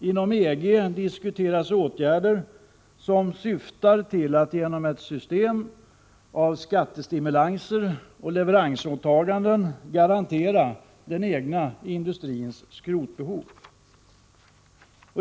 Inom EG diskuteras åtgärder som syftar till att man genom ett system med skattestimulanser och leveransåtaganden skall garantera den egna industrins skrotbehov.